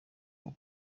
uwo